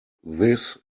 this